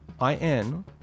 I-N